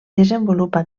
desenvolupa